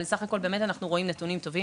אבל בסך הכול אנחנו באמת רואים נתונים טובים